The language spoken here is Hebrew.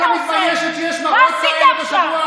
את לא מתביישת שיש מראות כאלה בשבוע האחרון?